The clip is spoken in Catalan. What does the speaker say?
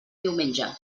diumenge